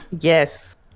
Yes